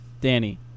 Danny